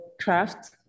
craft